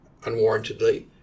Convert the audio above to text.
unwarrantedly